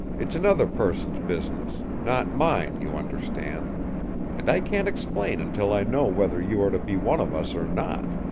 it's another person's business not mine, you understand and i can't explain until i know whether you are to be one of us or not.